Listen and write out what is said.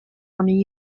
army